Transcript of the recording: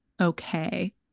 okay